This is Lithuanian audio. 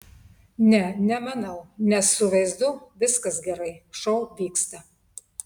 ne nemanau nes su vaizdu viskas gerai šou vyksta